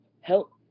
help